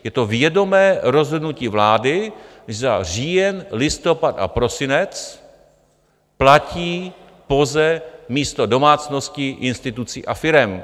Je to vědomé rozhodnutí vlády za říjen, listopad a prosinec platí POZE místo domácností, institucí a firem.